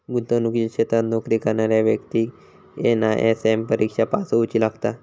गुंतवणुकीच्या क्षेत्रात नोकरी करणाऱ्या व्यक्तिक एन.आय.एस.एम परिक्षा पास होउची लागता